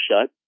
shut